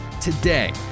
Today